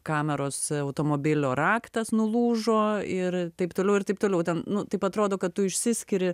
kameros automobilio raktas nulūžo ir taip toliau ir taip toliau ten nu taip atrodo kad tu išsiskiri